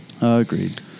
Agreed